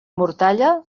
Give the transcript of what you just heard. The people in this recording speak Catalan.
mortalla